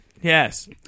Yes